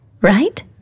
right